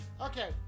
Okay